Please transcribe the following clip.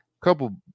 couple